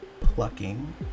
plucking